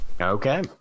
Okay